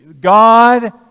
God